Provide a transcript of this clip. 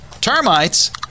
Termites